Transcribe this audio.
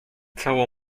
całą